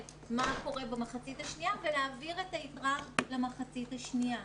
מה קורה במחצית השנייה ולהעביר את היתרה למחצית השנייה,